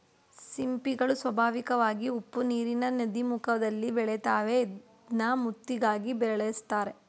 ಸಿಂಪಿಗಳು ಸ್ವಾಭಾವಿಕವಾಗಿ ಉಪ್ಪುನೀರಿನ ನದೀಮುಖದಲ್ಲಿ ಬೆಳಿತಾವೆ ಇದ್ನ ಮುತ್ತಿಗಾಗಿ ಬೆಳೆಸ್ತರೆ